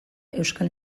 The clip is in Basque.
euskal